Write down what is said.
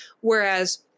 Whereas